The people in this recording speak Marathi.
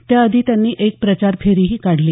त्याआधी त्यांनी एक प्रचार फेरीही काढली